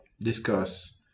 discuss